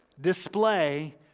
display